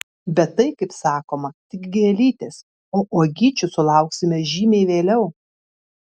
bet tai kaip sakoma tik gėlytės o uogyčių sulauksime žymiai vėliau